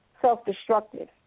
self-destructive